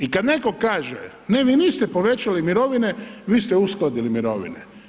I kada netko kaže, ne vi niste povećali mirovine, vi ste uskladili mirovine.